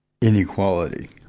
inequality